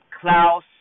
Klaus